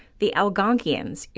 the algonquians,